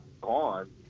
gone